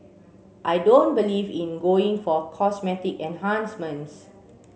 I don't believe in going for cosmetic enhancements